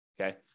Okay